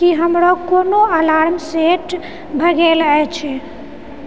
की हमर कोनो alarm set भए गेल अछि